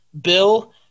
Bill